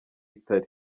itari